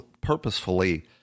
purposefully